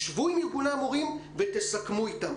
שבו עם ארגוני המורים ותסכמו איתם.